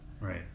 Right